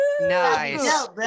Nice